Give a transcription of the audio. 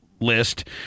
list